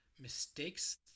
mistakes